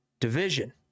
division